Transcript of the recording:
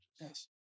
Yes